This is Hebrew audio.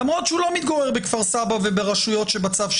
על זה דיברנו ואתה העלית את הנושא של החזרה מהודאה.